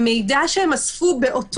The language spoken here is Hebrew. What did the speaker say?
אז המידע הזה לא יישמר כי המשטרה לא תשמור אותו,